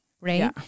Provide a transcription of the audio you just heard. Right